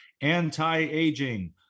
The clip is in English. anti-aging